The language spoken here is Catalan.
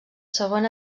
segon